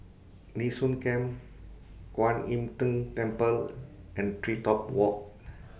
Nee Soon Camp Kwan Im Tng Temple and TreeTop Walk